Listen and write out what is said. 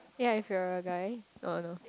ya if you're a guy oh no